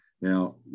Now